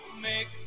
make